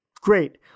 great